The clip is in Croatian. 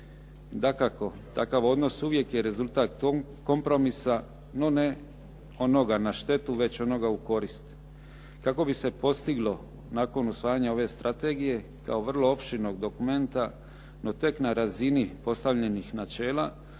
Dakako, takav odnos uvijek je rezultat kompromisa no ne onoga na štetu već onoga na korist. Kako bi se postiglo nakon usvajanja ove strategije kao vrlo opširnog dokumenta no tek na razini postavljenih načela